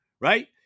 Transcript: right